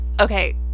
okay